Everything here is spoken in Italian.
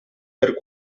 per